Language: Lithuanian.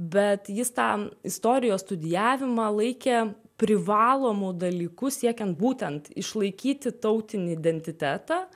bet jis tą istorijos studijavimą laikė privalomu dalyku siekiant būtent išlaikyti tautinį identitetą